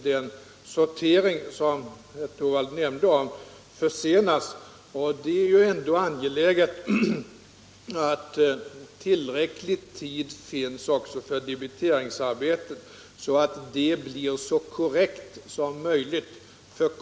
Det är trots allt angeläget att tillräcklig tid finns för debiteringsarbetet, så att det blir så korrekt som möjligt.